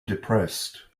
depressed